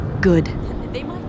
good